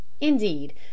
Indeed